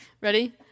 Ready